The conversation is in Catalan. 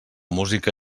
música